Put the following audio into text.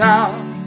out